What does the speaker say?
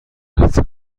هفته